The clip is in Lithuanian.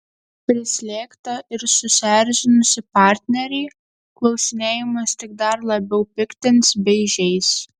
prislėgtą ir susierzinusį partnerį klausinėjimas tik dar labiau piktins bei žeis